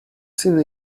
seen